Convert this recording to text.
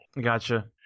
gotcha